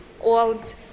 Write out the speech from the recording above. old